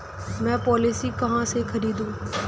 मैं पॉलिसी कहाँ से खरीदूं?